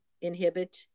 inhibit